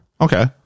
Okay